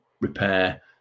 repair